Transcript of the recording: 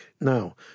Now